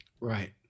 Right